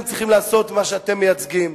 צריכים לעשות ואת מה שאתם מייצגים.